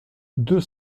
deux